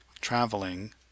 Traveling